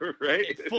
Right